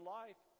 life